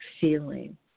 feeling